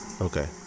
Okay